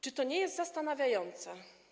Czy to nie jest zastanawiające?